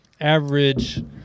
average